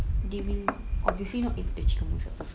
they will obviously not eat the chicken mousse apa